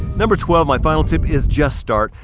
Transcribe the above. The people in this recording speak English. number twelve, my final tip is just start.